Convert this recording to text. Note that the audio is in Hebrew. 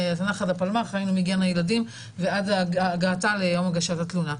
--- היינו מגן הילדים ועד הגעתה ליום הגשת התלונה.